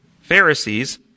Pharisees